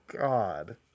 God